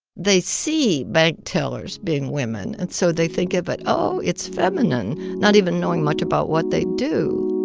they see bank tellers being women. and so they think of it oh, it's feminine not even knowing much about what they do